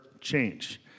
change